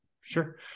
Sure